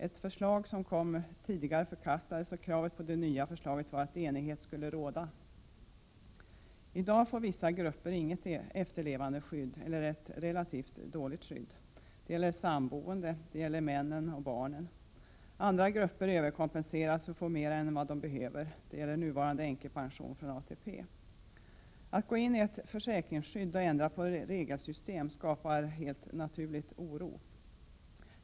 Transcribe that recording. Ett förslag som kom tidigare förkastades, och kravet på det nya förslaget var därför att enighet skulle råda om det. I dag har vissa grupper inget eller ett relativt dåligt efterlevandeskydd— det gäller samboende, männen och barnen. Andra grupper överkompenseras och får mera än vad de behöver — det gäller i fråga om nuvarande änkepension från ATP. Att gå in och ändra på regelsystem i ett försäkringsskydd skapar helt naturligt oro.